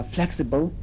Flexible